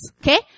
Okay